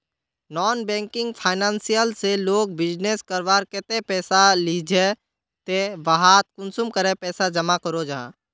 Non banking financial से लोग business करवार केते पैसा लिझे ते वहात कुंसम करे पैसा जमा करो जाहा?